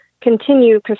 continue